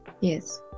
Yes